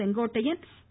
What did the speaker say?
Sengottaiyan we